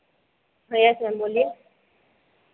बोलिए